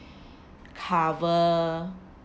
cover